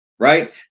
Right